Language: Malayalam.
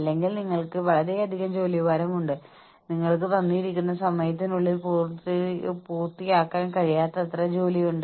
അതിനാൽ ലാഭത്തിന്റെ ഒരു ശതമാനം നിങ്ങൾ എല്ലാവർക്കും നൽകുന്നു